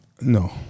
No